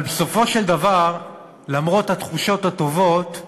אבל בסופו של דבר, למרות התחושות הטובות,